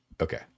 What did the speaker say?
Okay